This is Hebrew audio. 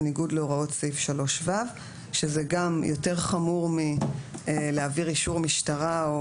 בניגוד להוראות סעיף 3(ו)" --- זה יותר חמור מלהעביר אישור משטרה,